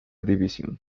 división